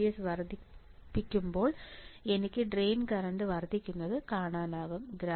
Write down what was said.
VGS വർദ്ധിക്കുമ്പോൾ എനിക്ക് drain current വർദ്ധിക്കുന്നത് കാണാനാകും